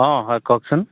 অঁ হয় কওকচোন